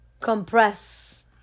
compress